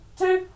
two